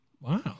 Wow